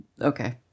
okay